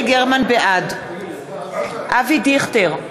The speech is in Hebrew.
בעד אבי דיכטר,